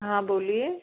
हाँ बोलिए